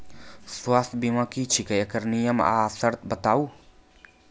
स्वास्थ्य बीमा की छियै? एकरऽ नियम आर सर्त बताऊ?